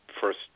first